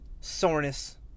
soreness